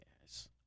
Yes